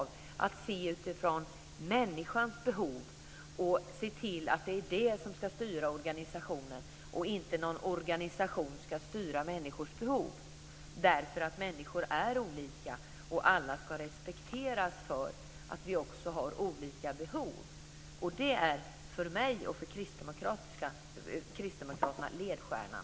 Vi ska se till människans behov och se till så att det är människorna som styr organisationen, så att inte någon organisation styr människors behov. Människor är olika, och vi ska alla respekteras med våra olika behov. Det är för mig och för Kristdemokraterna ledstjärnan.